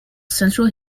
central